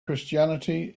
christianity